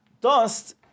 Dust